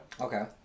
Okay